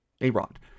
A-Rod